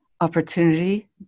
opportunity